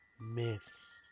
myths